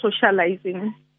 socializing